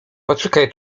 poczekaj